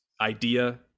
idea